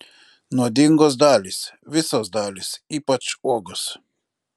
nuodingos dalys visos dalys ypač uogos